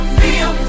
feel